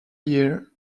year